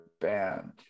band